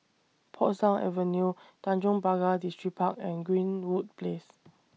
Portsdown Avenue Tanjong Pagar Distripark and Greenwood Place